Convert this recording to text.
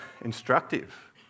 instructive